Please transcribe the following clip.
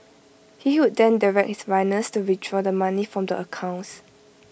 he would then direct his runners to withdraw the money from the accounts